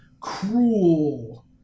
cruel